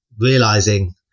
realizing